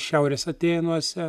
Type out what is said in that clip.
šiaurės atėnuose